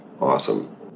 Awesome